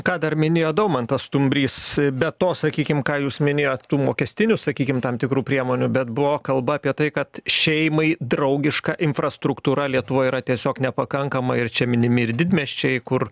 ką dar minėjo daumantas stumbrys be to sakykim ką jūs minėjot tų mokestinių sakykim tam tikrų priemonių bet buvo kalba apie tai kad šeimai draugiška infrastruktūra lietuvoje yra tiesiog nepakankama ir čia minimi ir didmiesčiai kur